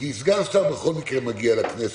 כי סגן שר בכל מקרה מגיע לכנסת,